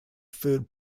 food